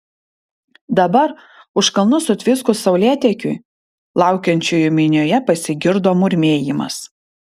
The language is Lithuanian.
dabar už kalnų sutviskus saulėtekiui laukiančiųjų minioje pasigirdo murmėjimas